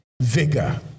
vigor